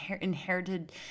inherited